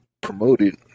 promoted